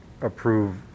approve